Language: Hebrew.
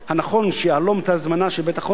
הנכון שיהלום את ההזמנה של בית-החולים,